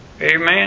Amen